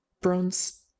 bronze